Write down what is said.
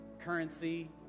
currency